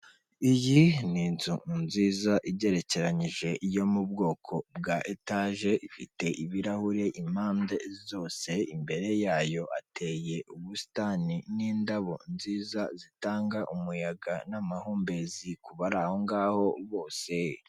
Iyi ni inzu nziza igerekeranije yo mu bwoko bwa etage, ifite ibirahuri impande zose, imbere yayo hateye ubusitani n'indabyo nziza zitanga umuyaga n'amahumbezi kubari aho ngaho bose.